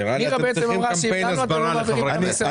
נראה לי שאתם צריכים קמפיין הסברה לחברי כנסת.